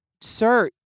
sir